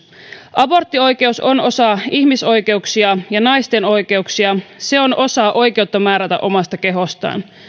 aborttioikeus on osa ihmisoikeuksia ja naisten oikeuksia se on osa oikeutta määrätä omasta kehostaan